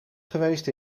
geweest